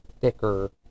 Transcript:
thicker